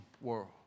world